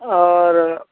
اور